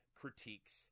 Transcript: critiques